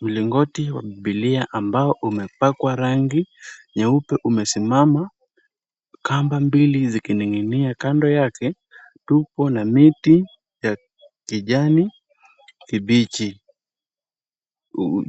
Mlingoti wa Biblia ambao umepakwa rangi nyeupe umesimama, kamba mbili zikining'inia. Kando yake, tupo na miti ya kijani kibichi.